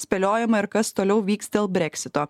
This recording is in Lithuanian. spėliojama ir kas toliau vyks dėl breksito